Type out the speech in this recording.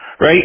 Right